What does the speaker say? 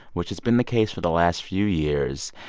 which has been the case for the last few years.